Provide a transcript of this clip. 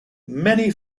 many